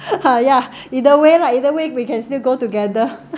ha yeah either way lah either way we can still go together